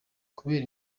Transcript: kubera